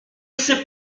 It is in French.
sais